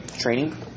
training